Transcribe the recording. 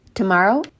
Tomorrow